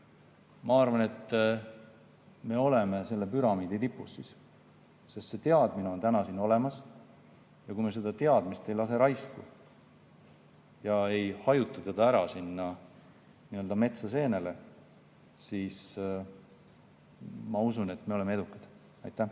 Ma arvan, et me oleme selle püramiidi tipus, sest see teadmine on siin olemas. Kui me seda teadmist ei lase raisku ja ei hajuta seda ära, nii-öelda metsa seenele, siis ma usun, et me oleme edukad. Mart